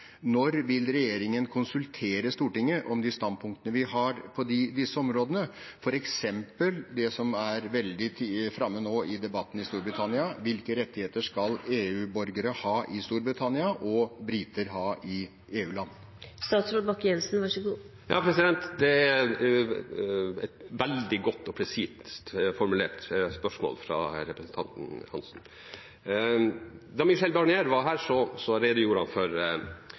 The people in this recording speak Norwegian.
Når vil regjeringen konsultere Stortinget om de standpunktene vi har på disse områdene, f.eks. det som er veldig framme i debatten i Storbritannia nå: Hvilke rettigheter skal EU-borgere ha i Storbritannia og briter ha i EU-land? Det er et veldig godt og presist formulert spørsmål fra representanten Hansen. Da Michel Barnier var her, redegjorde han for